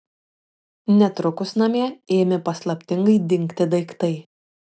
netrukus namie ėmė paslaptingai dingti daiktai